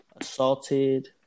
assaulted